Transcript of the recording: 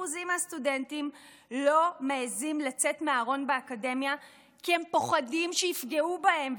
מהסטודנטים לא מעיזים לצאת מהארון באקדמיה כי הם פוחדים שיפגעו בהם,